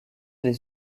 les